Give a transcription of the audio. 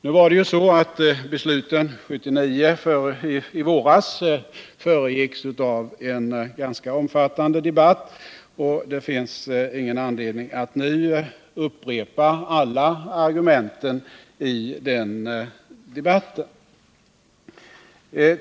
Det var ju så att besluten i våras föregicks av en ganska omfattande debatt, och det finns ingen anledning att nu upprepa alla argumenten i den debatten.